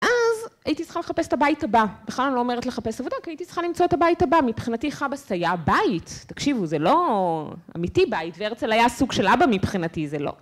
אז הייתי צריכה לחפש את הבית הבא. בכלל אני לא אומרת לחפש עבודה, כי הייתי צריכה למצוא את הבית הבא. מבחינתי אבא, זה היה בית. תקשיבו, זה לא אמיתי בית, וארצל היה סוג של אבא מבחינתי, זה לא.